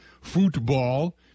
football